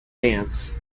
dance